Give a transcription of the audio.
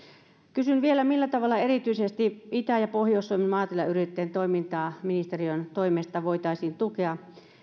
kysyn vielä millä tavalla erityisesti itä ja pohjois suomen maatilayrittäjien toimintaa ministeriön toimesta voitaisiin tukea